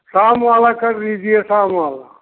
शाम वाला कर दीजिए शाम वाला